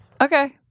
Okay